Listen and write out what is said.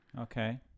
Okay